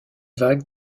vagues